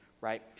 right